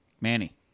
Manny